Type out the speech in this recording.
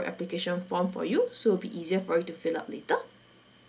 application form for you also it'll be easier for you to fill out later